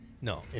No